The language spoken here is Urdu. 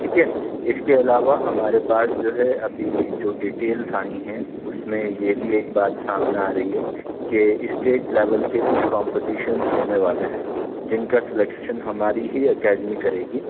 ٹھیک ہے اس کے علاوہ ہمارے پاس جو ہے ابھی جو ڈیٹیلس آئی ہیں اس میں یہ بھی ایک بات سامنے آ رہی ہے کہ اسٹیٹ لیول کے کچھ کمپٹیشنس ہونے والے ہیں جن کا سلیکشن ہماری ہی اکیڈمی کرے گی